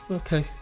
okay